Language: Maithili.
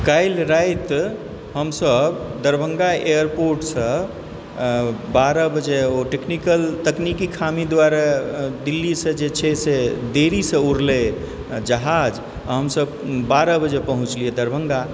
काल्हि राति हमसब दरभङ्गा एअरपोर्टसँ बारह बजे ओ टेक्निकल तकनीकी खामी दुआरे दिल्लीसँ जे छै से देरीसँ उड़लै जहाज हमसब बारह बजे पहुँचलियै दरभङ्गा